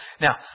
Now